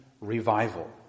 revival